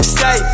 Stay